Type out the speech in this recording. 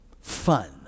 fun